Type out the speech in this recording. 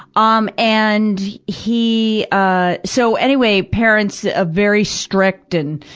um and, he, uh so, anyway, parents very strict and,